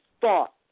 thought